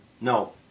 No